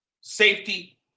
Safety